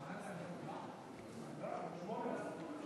אדוני היושב-ראש,